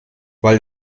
weil